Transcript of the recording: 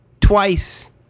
Twice